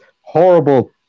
horrible